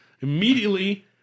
immediately